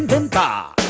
and